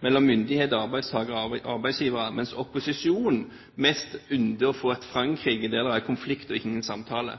mellom myndigheter og arbeidstaker/arbeidsgiver, mens opposisjonen mest ynder å få et frankrike der det er konflikt og ikke noen samtale.